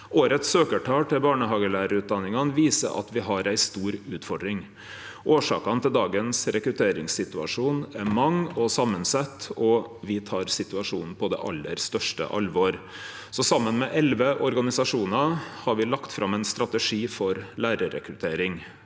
Årets søkjartal til barnehagelærarutdanningane viser at me har ei stor utfordring. Årsakene til dagens rekrutteringssituasjon er mange og samansette, og me tek situasjonen på det aller største alvor. Så saman med elleve organisasjonar har me lagt fram ein strategi for lærarrekruttering,